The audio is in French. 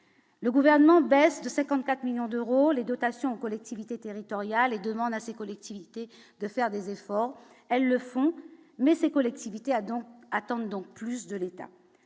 le gouvernement baisse de 54 millions d'euros les dotations aux collectivités territoriales et demande à ces collectivités de faire des efforts, elles le font, mais ces collectivités a donc attendons donc plus de l'État